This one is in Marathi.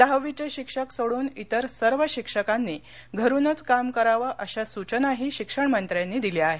दहावीचे शिक्षक सोडून विर सर्व शिक्षकांनी घरूनच काम करावं अशा सुचनाही शिक्षणमंत्र्यांनी दिल्या आहेत